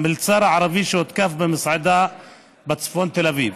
המלצר הערבי שהותקף במסעדה בצפון תל אביב,